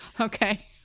okay